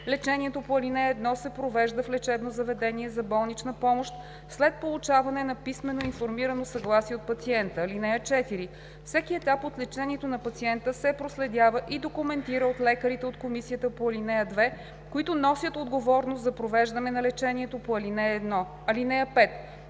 Лечението по ал. 1 се провежда в лечебно заведение за болнична помощ след получаване на писмено информирано съгласие от пациента. (4) Всеки етап от лечението на пациента се проследява и документира от лекарите от комисията по ал. 2, които носят отговорност за провеждане на лечението по ал. 1. (5)